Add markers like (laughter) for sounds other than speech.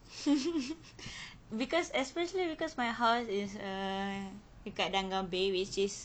(laughs) because especially because my house is err dekat danga bay which is